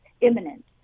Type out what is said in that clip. imminent